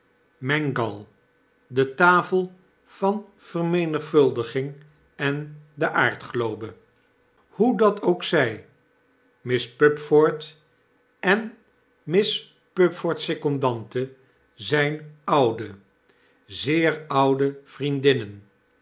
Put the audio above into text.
pinnock mangnall de tafel van vermenigvuldiging en de aardglobe hoe dat ook zij miss pupford en miss pupford's secondante zjjn oude zeer oude vriendinnen